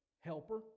helper